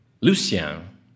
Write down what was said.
Lucien